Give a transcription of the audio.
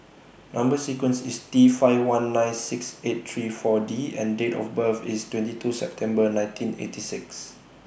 Number sequence IS T five one nine six eight three four D and Date of birth IS twenty two September nineteen eighty six